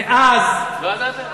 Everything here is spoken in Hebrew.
ואז, לא ידעתם?